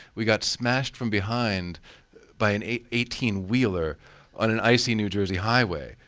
we got smashed from behind by an eighteen wheeler on an icy new jersey highway.